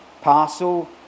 Parcel